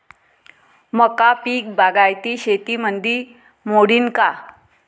मका पीक बागायती शेतीमंदी मोडीन का?